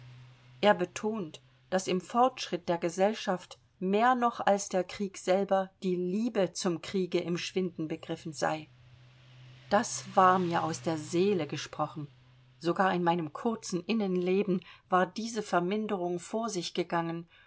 er betont daß im fortschritt der gesellschaft mehr noch als der krieg selber die liebe zum kriege im schwinden begriffen sei das war mir aus der seele gesprochen sogar in meinem kurzen innenleben war diese verminderung vor sich gegangen